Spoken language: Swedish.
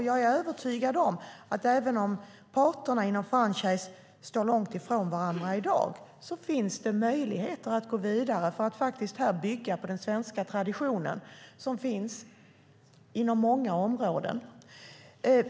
Jag är övertygad om att även om parterna inom franchise i dag står långt ifrån varandra finns det möjligheter att gå vidare för att bygga på den svenska tradition som finns inom många områden.